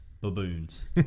Baboons